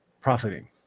profiting